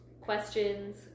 questions